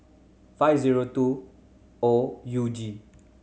five zero two O U G